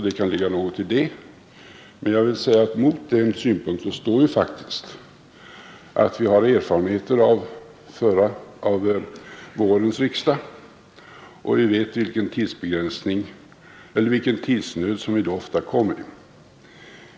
Det kan ligga något i det, men mot den synpunkten står faktiskt att vi har erfarenheter av riksdag; vi vet vilken tidsnöd som vi då ofta kom i.